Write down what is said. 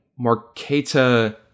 Marketa